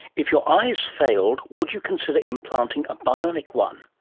if your eyes failed, would you consider implanting a bionic one?